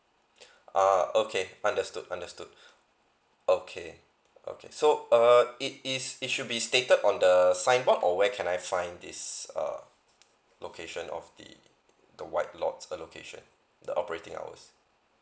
okay understood understood okay okay so err it is it should be stated on the signboard or where can I find this err location of the the white lots the location the operating hours